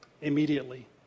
immediately